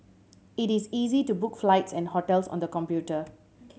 it is easy to book flights and hotels on the computer